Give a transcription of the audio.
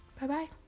bye-bye